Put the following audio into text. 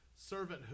servanthood